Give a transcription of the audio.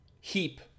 Heap